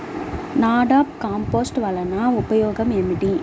NADEP compost వలన ఉపయోగం ఏమిటి?